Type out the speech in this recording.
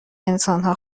انسانها